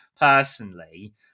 personally